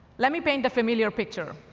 let me paint a familiar picture.